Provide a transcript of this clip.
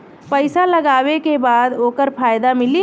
पइसा लगावे के बाद ओकर फायदा मिली